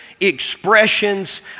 expressions